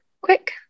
quick